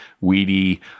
weedy